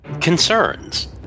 concerns